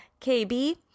KB